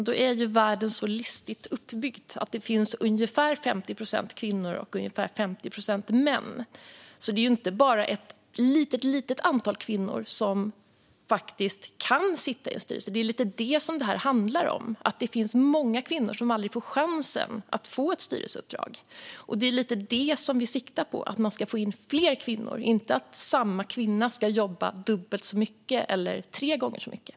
Herr talman! Världen är så listigt uppbyggd att det finns ungefär 50 procent kvinnor och 50 procent män. Det är ju inte bara ett litet antal kvinnor som kan sitta i styrelser. Det är det som det här handlar om: att det finns många kvinnor som aldrig får chansen att få ett styrelseuppdrag. Vi siktar på att få in fler kvinnor, inte att samma kvinna ska jobba dubbelt eller tre gånger så mycket.